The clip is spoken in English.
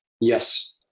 Yes